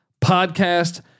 podcast